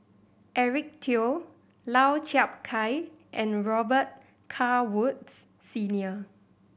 Eric Teo Lau Chiap Khai and Robet Carr Woods Senior